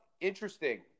interesting